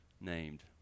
named